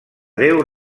deu